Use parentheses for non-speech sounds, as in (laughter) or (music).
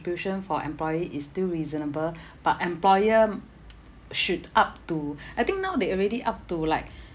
for employee is still reasonable (breath) but employer should up to (breath) I think now they already up to like